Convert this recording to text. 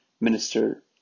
minister